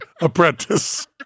Apprentice